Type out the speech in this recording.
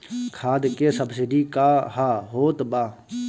खाद के सबसिडी क हा आवत बा?